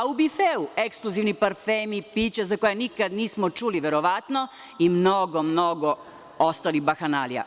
U bifeu – ekskluzivni parfemi i pića za koje nikada nismo čuli, verovatno, i mnogo, mnogo ostalih bahanalija.